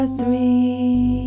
three